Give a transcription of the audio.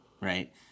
right